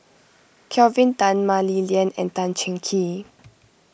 Kelvin Tan Mah Li Lian and Tan Cheng Kee